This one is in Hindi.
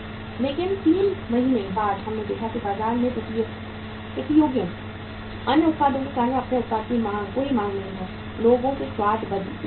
लेकिन 3 महीने बाद हमने देखा कि बाजार में प्रतियोगियों अन्य उत्पादों के कारण आपके उत्पाद की कोई मांग नहीं है लोगों के स्वाद में बदलाव